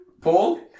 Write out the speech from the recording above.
Paul